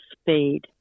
speed